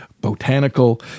botanical